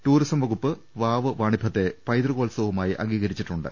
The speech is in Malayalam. ടൂറിസം വകുപ്പ് വാവ് വാണി ഭത്തെ പൈതൃ കോത്സവമായി അംഗീകരിച്ചിട്ടുണ്ട്